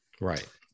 right